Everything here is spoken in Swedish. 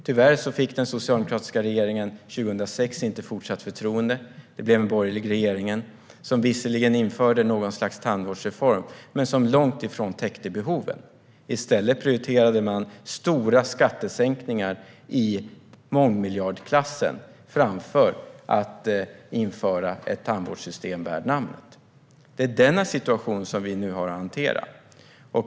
Tyvärr fick den socialdemokratiska regeringen inte fortsatt förtroende 2006. Det blev en borgerlig regering, som visserligen införde ett slags tandvårdsreform, men den täckte långt ifrån behoven. I stället prioriterade man stora skattesänkningar i mångmiljardklassen framför att införa ett tandvårdssystem värt namnet. Denna situation har vi nu att hantera.